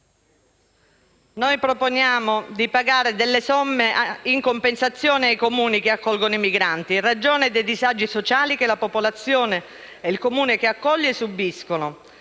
Noi proponiamo di pagare delle somme in compensazione ai Comuni che accolgono i migranti, in ragione dei disagi sociali che la popolazione e il Comune che accoglie subiscono.